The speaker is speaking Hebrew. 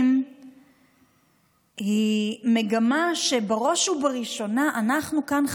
היא מגמה שבראש ובראשונה אנחנו כאן,